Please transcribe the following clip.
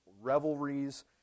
revelries